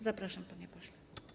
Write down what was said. Zapraszam, panie pośle.